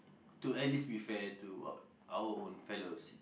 to at least be fair to our own fellows